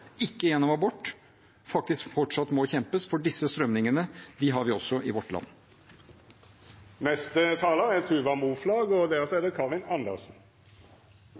ikke gjennom abort. Denne kampen må faktisk fortsatt kjempes, for disse strømningene har vi også i vårt land.